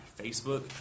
Facebook